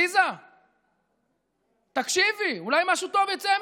עליזה, תקשיבי, אולי משהו טוב יצא מזה.